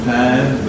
time